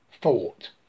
Thought